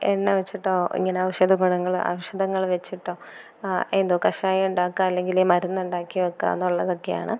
എണ്ണ വെച്ചിട്ടോ ഇങ്ങനെ ഔഷധ ഗുണങ്ങള് ഔഷധങ്ങള് വെച്ചിട്ടോ എന്തോ കഷായം ഉണ്ടാക്കാം അല്ലെങ്കിൽ ഈ മരുന്നുണ്ടാക്കി വെക്കുക എന്നുള്ളതൊക്കെ